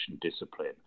discipline